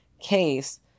case